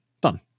Done